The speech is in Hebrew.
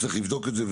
צריך לבדוק את זה.